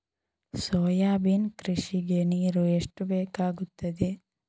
Soybean ಕೃಷಿಗೆ ನೀರು ಎಷ್ಟು ಬೇಕಾಗುತ್ತದೆ?